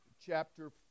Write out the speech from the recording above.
chapter